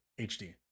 HD